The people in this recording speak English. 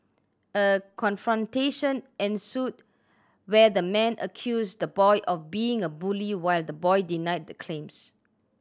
a confrontation ensued where the man accused the boy of being a bully while the boy denied the claims